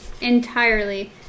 entirely